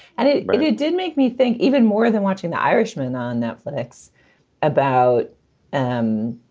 and it really did make me think even more than watching the irishman on netflix about and um